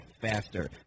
faster